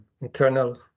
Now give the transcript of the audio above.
internal